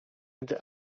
gdy